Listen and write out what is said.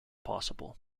possible